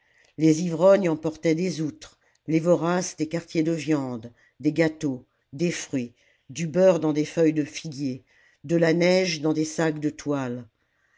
les ivrognes emportaient des outres les voraces des quartiers de viande des gâteaux des fruits du beurre dans des feuilles de figuier de la neige dans des sacs de toile